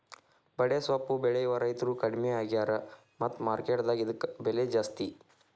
ಬಡೆಸ್ವಪ್ಪು ಬೆಳೆಯುವ ರೈತ್ರು ಕಡ್ಮಿ ಆಗ್ಯಾರ ಮತ್ತ ಮಾರ್ಕೆಟ್ ದಾಗ ಇದ್ಕ ಬೆಲೆ ಜಾಸ್ತಿ